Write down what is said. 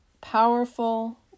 powerful